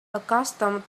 accustomed